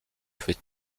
fait